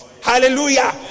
Hallelujah